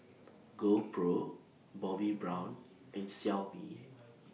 GoPro Bobbi Brown and Xiaomi